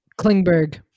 Klingberg